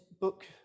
book